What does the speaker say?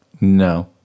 No